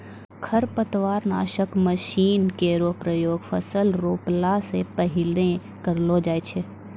खरपतवार नासक मसीन केरो प्रयोग फसल रोपला सें पहिने करलो जाय छै